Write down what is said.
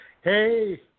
Hey